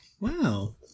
Wow